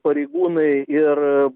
pareigūnai ir